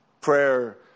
Prayer